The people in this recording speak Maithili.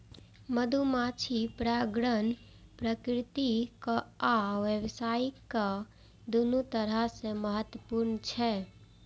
मधुमाछी परागण प्राकृतिक आ व्यावसायिक, दुनू तरह सं महत्वपूर्ण छै